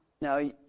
Now